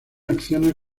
acciones